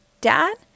Dad